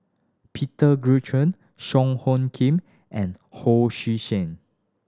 Peter Song Hoon Kim and Ho Sui Sen